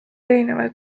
erinevad